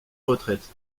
retraite